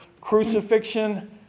Crucifixion